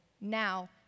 Now